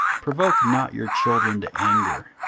provoke not your children to anger,